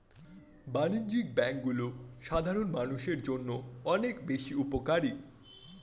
বাণিজ্যিক ব্যাংকগুলো সাধারণ মানুষের জন্য অনেক বেশি উপকারী